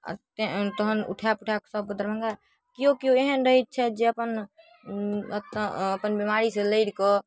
आओर तहन उठापुठाकऽ सभके दरभङ्गा केओ केओ एहन रहैत छथि जे अपन अपन बेमारीसँ लड़िकऽ